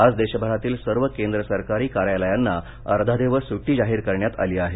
आज देशभरातील सर्व केंद्र सरकारी कार्यालयांना अर्धा दिवस सुटी जाहीर करण्यात आली आहे